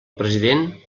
president